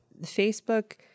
Facebook